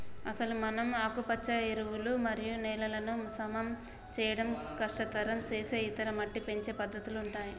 అసలు మనం ఆకుపచ్చ ఎరువులు మరియు నేలలను సమం చేయడం కష్టతరం సేసే ఇతర మట్టి పెంచే పద్దతుల ఉంటాయి